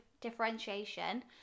differentiation